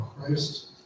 Christ